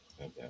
Okay